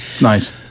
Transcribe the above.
Nice